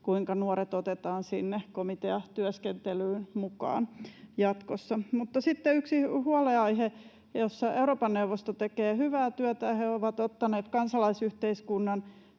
kuinka nuoret otetaan sinne komiteatyöskentelyyn mukaan jatkossa. Mutta sitten yksi huolenaihe: Siinä Euroopan neuvosto tekee hyvää työtä, ja he ovat ottaneet kansalaisyhteiskunnan